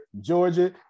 georgia